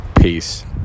Peace